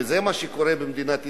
וזה מה שקורה במדינת ישראל,